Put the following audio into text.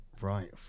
Right